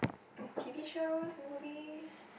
T_V shows movies